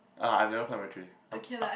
I I've never climb a tree